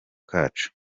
kacu